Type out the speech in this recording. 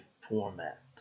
format